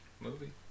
movie